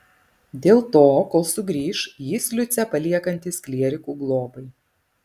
dėl to kol sugrįš jis liucę paliekantis klierikų globai